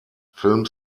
film